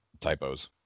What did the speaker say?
typos